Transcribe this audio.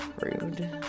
Rude